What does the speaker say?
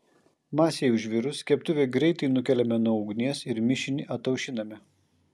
masei užvirus keptuvę greitai nukeliame nuo ugnies ir mišinį ataušiname